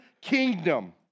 kingdom